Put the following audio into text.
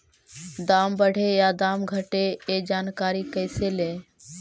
दाम बढ़े या दाम घटे ए जानकारी कैसे ले?